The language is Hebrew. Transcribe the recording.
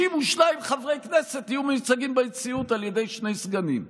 52 חברי כנסת יהיו מיוצגים בנשיאות על ידי שני סגנים.